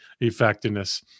effectiveness